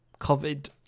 COVID